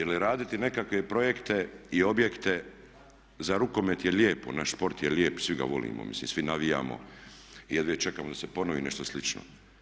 Ili raditi nekakve projekte i objekte za rukomet je lijepo, naš sport je lijep, svi ga volimo, mislim, svi navijamo jedva čekamo da se ponovi nešto slično.